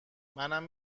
منم